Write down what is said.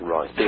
Right